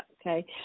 okay